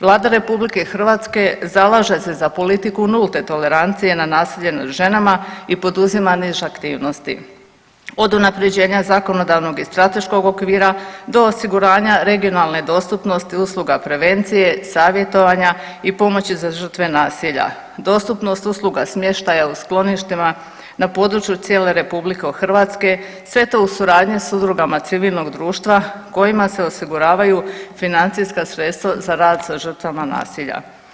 Vlada RH zalaže za politiku nulte tolerancije na nasilje nad ženama i poduzima niz aktivnosti od unapređenja zakonodavnog i strateškog okvira do osiguranja regionalne dostupnosti usluga prevencije, savjetovanja i pomoći za žrtve nasilja, dostupnost usluga smještaja u skloništima na području cijele RH sve to u suradnji sa udrugama civilnog društva kojima se osiguravaju financijska sredstva za rad sa žrtvama nasilja.